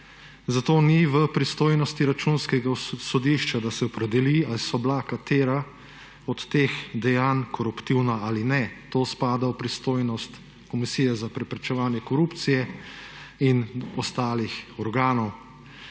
zato ni v pristojnosti Računskega sodišča, da se opredeli, ali so bila katera od teh dejanj koruptivna ali ne. To spada v pristojnost Komisije za preprečevanje korupcije in ostalih organov.